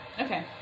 Okay